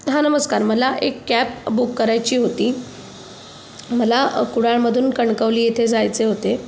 हां नमस्कार मला एक कॅब बुक करायची होती मला कुडाळमधून कणकवली येथे जायचे होते